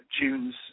tunes